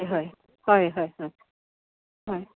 हय हय हय हय हय